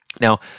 Now